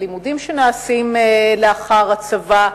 הלימודים שהם לאחר הצבא,